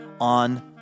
on